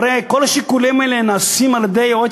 הרי כל השיקולים האלה נעשים על-ידי היועץ